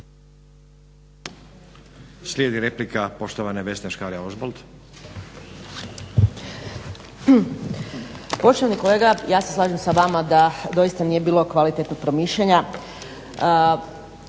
**Škare Ožbolt, Vesna (DC)** Poštovani kolega ja se slažem sa vama da doista nije bilo kvalitetnog promišljanja